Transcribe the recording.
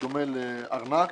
בדומה לארנק,